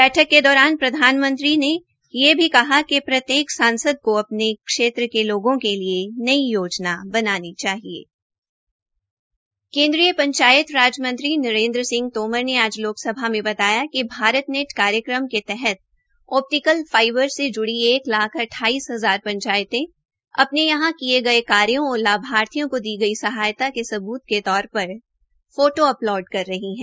बैठक के दौरान प्रधानमंत्रीमोदी ने यह भी कहा कि प्रत्येक सांसद को अपने क्षेत्र के लोगों के लिये नई योजनायें बनानी चाहिए केन्द्रीय पंचायत राज मंत्री नरेन्द्र सिंह तोमर ने आज लोकसभा में बताया कि भारत नेट कार्यक्रम के तहत ओपिटीकल फाईबर से जूड़ी एक लाख अद्वाइस हजार पंचायतें अपने यहां किये गये कार्यो और लाभार्थियों को दी गई सहायता के सब्त के तौर पर फोटो अपलोड कर रही है